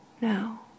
now